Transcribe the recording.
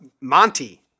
Monty